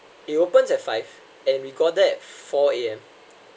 it opens at five and we got there at four A_M